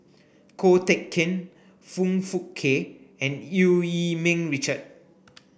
Ko Teck Kin Foong Fook Kay and Eu Yee Ming Richard